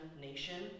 nation